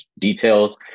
details